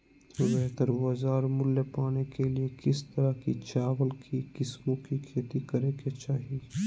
बेहतर बाजार मूल्य पाने के लिए किस तरह की चावल की किस्मों की खेती करे के चाहि?